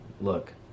look